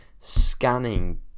scanning